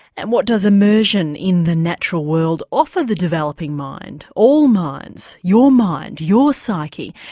and what does immersion in the natural world offer the developing mind, all minds, your mind, your psyche?